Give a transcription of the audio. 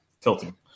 tilting